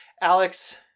Alex